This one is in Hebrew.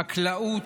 חקלאות.